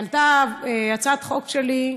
ביום שני עלתה הצעת חוק שלי.